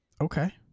Okay